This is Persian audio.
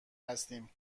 هستیم